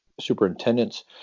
superintendents